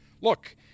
look